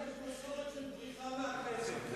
לברק יש מסורת של בריחה מהכנסת.